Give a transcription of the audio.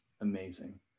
amazing